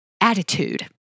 attitude